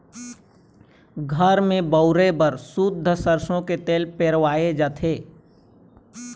घर म बउरे बर सुद्ध सरसो के तेल पेरवाए जाथे